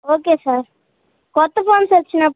okay sir కొత్త phones వచ్చినపు